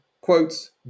quotes